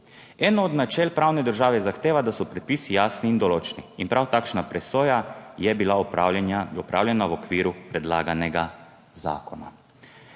Eno od načel pravne države zahteva, da so predpisi jasni in določni, in prav takšna presoja je bila opravljena v okviru predlaganega zakona.